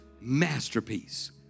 masterpiece